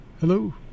Hello